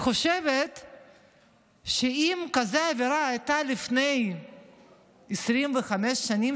חושבת שאם הייתה אווירה כזאת לפני 25 שנים,